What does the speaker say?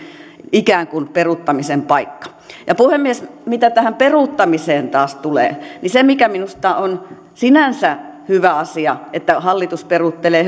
ikään kuin peruuttamisen paikka puhemies mitä tähän peruuttamiseen taas tulee niin minusta se on sinänsä hyvä asia että hallitus peruuttelee